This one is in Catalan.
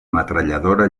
metralladora